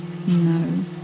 No